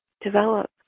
develop